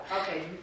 Okay